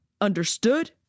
Understood